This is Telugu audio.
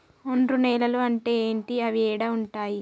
ఒండ్రు నేలలు అంటే ఏంటి? అవి ఏడ ఉంటాయి?